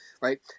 Right